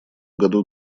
году